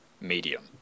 medium